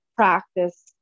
practice